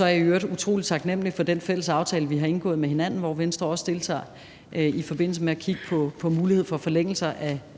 jeg i øvrigt utrolig taknemlig for den fælles aftale, vi har indgået med hinanden, hvor Venstre også deltager, i forbindelse med at kigge på mulighed for forlængelse